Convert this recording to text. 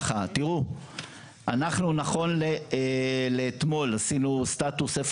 אנחנו נכון לאתמול עשינו סטטוס איפה